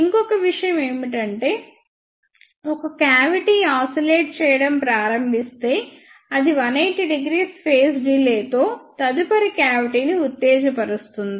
ఇంకొక విషయం ఏమిటంటే ఒక క్యావిటీ ఆసిలేట్ చేయడం ప్రారంభిస్తే అది 1800 ఫేజ్ డిలే తో తదుపరి క్యావిటీ ని ఉత్తేజపరుస్తుంది